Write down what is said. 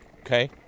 okay